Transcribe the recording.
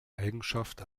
eigenschaft